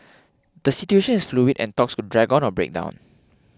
the situation is fluid and talks could drag on or break down